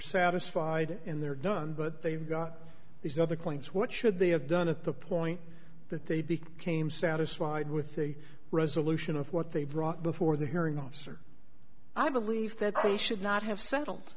satisfied in they're done but they've got these other points what should they have done at the point that they became satisfied with the resolution of what they brought before the hearing officer i believe that they should not have settled